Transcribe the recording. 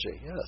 yes